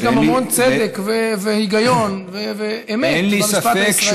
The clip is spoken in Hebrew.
יש גם המון צדק והיגיון ואמת במשפט הישראלי,